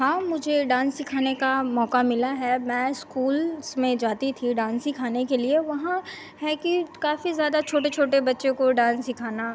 हाँ मुझे डान्स सिखाने का मौका मिला है मैं इस्कूल्स में जाती थी डान्स सिखाने के लिए वहाँ है कि काफ़ी ज़्यादा छोटे छोटे बच्चे को डान्स सिखाना